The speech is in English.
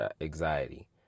anxiety